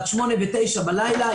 עד 8 ו-9 בלילה,